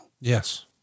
Yes